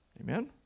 Amen